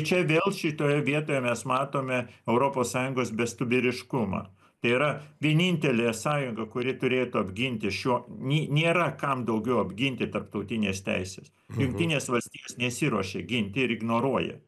čia vėl šitoje vietoje mes matome europos sąjungos bestuburiškumą tai yra vienintelė sąjunga kuri turėtų apginti šiuo ni nėra kam daugiau apginti tarptautinės teisės jungtinės valstijos nesiruošia ginti ir ignoruoja